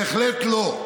בהחלט לא.